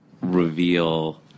reveal